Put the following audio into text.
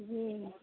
जी